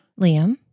Liam